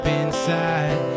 inside